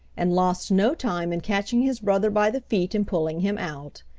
and lost no time in catching his brother by the feet and pulling him out.